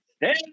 Hey